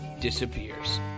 disappears